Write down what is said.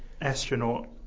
astronaut